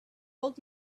old